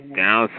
down